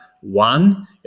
one